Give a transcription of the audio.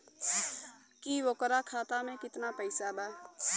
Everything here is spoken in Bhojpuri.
की ओकरा खाता मे कितना पैसा बा?